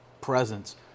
presence